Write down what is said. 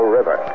River